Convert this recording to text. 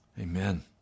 Amen